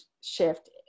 shift